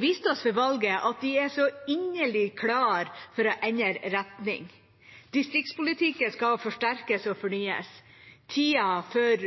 viste oss ved valget at de er så inderlig klar for å endre retning. Distriktspolitikken skal forsterkes og fornyes. Tida for